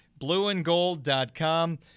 blueandgold.com